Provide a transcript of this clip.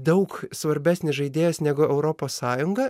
daug svarbesnis žaidėjas negu europos sąjunga